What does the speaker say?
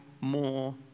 more